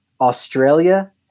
Australia